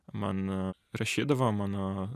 man rašydavo mano